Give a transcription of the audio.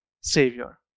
Savior